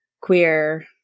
queer